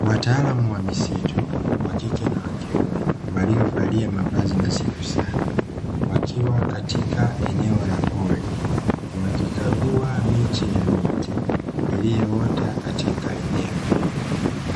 Wataalamu wa misitu wa kike na wa kiume waliovalia mavazi nadhifu sana, wakiwa katika pori wakikagua miche ya miti iliyoota katika eneo hilo.